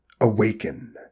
Awaken